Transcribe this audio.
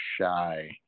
shy